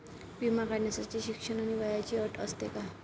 विमा काढण्यासाठी शिक्षण आणि वयाची अट असते का?